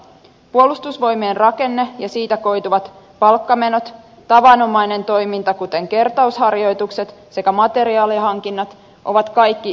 puolustusvoimien rakenne ja siitä koituvat palkkamenot tavanomainen toiminta kuten kertausharjoitukset sekä materiaalihankinnat ovat kaikki suurennuslasin alla